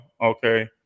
Okay